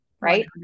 right